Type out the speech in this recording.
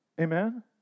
Amen